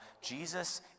Jesus